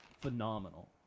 phenomenal